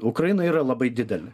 ukraina yra labai didelė